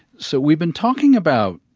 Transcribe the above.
so we've been talking about